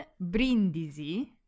brindisi